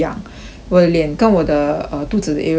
我的脸跟我的 uh 肚子的 area 会痒 right